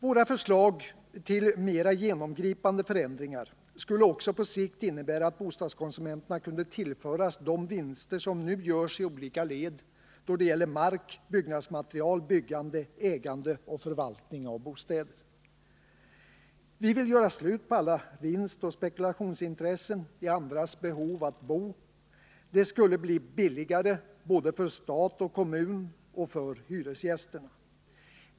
Våra förslag till mera genomgripande förändringar skulle också på sikt innebära att bostadskonsumenterna kunde tillföras de vinster som nu görs i olika led då det gäller mark, byggnadsmaterial. byggande. ägande och förvaltning av bostäder. Vi vill göra slut på alla vinstoch spekulationsin tressen i andras behov av att bo, det skulle bli billigare både för stat och kommun och för hyresgästerna.